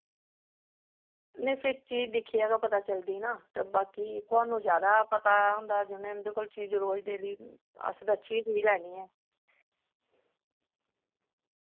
नी फिर चीज दिक्खियै ते पता चलदी ना ते बाकि थुहानू ज्यादा पता होंदा जुने उं'दे कोल चीज रोज डेली अस बैठियै चीज लैनी ऐ